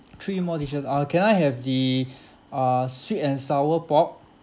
three more dishes uh can I have the uh sweet and sour pork